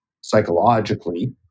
psychologically